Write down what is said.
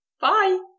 Bye